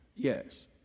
Yes